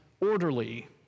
orderly